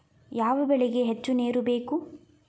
ಯಾವ ಬೆಳಿಗೆ ಹೆಚ್ಚು ನೇರು ಬೇಕು?